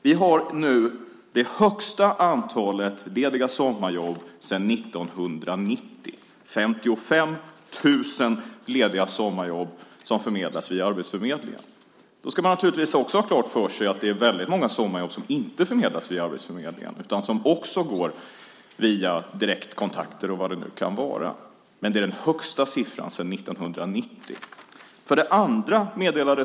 Vi har nu det högsta antalet lediga sommarjobb sedan 1990, 55 000 lediga sommarjobb som förmedlas via arbetsförmedlingen. Då ska man naturligtvis också ha klart för sig att det är väldigt många sommarjobb som inte förmedlas via arbetsförmedlingen utan som går via direktkontakter och vad det nu kan vara. Men det är den högsta siffran sedan 1990.